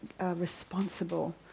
responsible